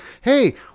Hey